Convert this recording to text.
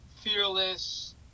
fearless